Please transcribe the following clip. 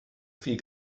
viel